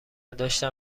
داشتم